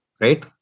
right